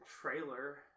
trailer